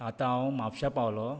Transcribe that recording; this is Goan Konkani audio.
आतां हांव म्हापशा पावलो